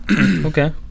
Okay